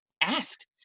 asked